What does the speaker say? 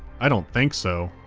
i don't think so!